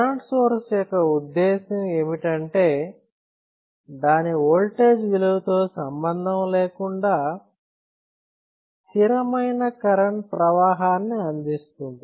current source యొక్క ఉద్దేశ్యం ఏమిటంటే దాని ఓల్టేజ్ విలువ తో సంబంధం లేకుండా స్థిరమైన కరెంట్ ప్రవాహాన్ని అందిస్తుంది